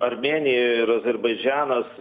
armėnija ir azerbaidžanas